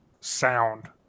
sound